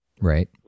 Right